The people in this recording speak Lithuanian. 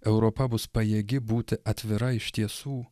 europa bus pajėgi būti atvira iš tiesų